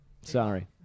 Sorry